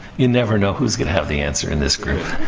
you never know who's gonna have the answer in this group.